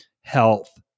health